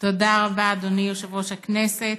תודה רבה, אדוני יושב-ראש הכנסת.